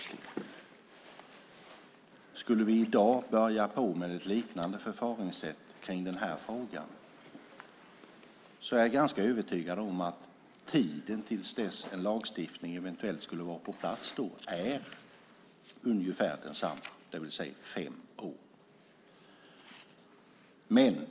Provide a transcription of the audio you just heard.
Skulle vi i dag börja med ett liknande förfaringssätt i den här frågan är jag ganska övertygad om att tiden till dess att en lagstiftning eventuellt skulle vara på plats är ungefär densamma, det vill säga fem år.